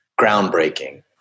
groundbreaking